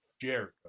Jericho